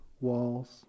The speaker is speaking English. walls